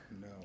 No